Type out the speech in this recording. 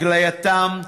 הגלייתם,